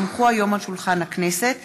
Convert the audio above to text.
כי הונחו היום על שולחן הכנסת,